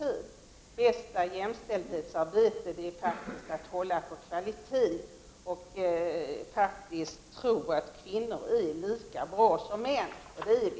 Det bästa jämställdhetsarbetet gör man om man håller på kvaliteten och tror att kvinnor är lika bra som män. Det är de.